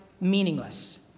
meaningless